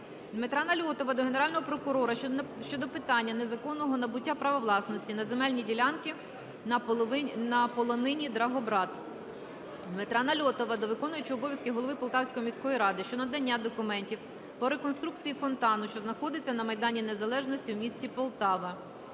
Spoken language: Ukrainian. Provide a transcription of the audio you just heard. Дмитра Нальотова до Генерального прокурора щодо питання незаконного набуття права власності на земельні ділянки на полонині Драгобрат. Дмитра Нальотова до виконуючого обов'язки голови Полтавської міської ради щодо надання документів по реконструкції фонтану, що знаходиться на Майдані Незалежності у місті Полтава.